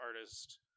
artist